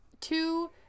two